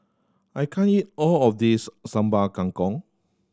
I can't eat all of this Sambal Kangkong